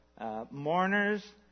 mourners